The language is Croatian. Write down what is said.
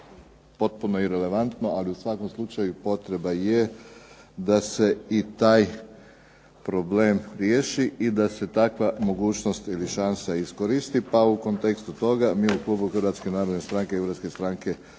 potpuno irelevantno, ali u svakom slučaju potreba je da se i taj problem riješi i da se takva mogućnost i šansa iskoristi. Pa u kontekstu toga mi u klubu HNS-a i HSU-a podržat ćemo